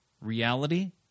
Reality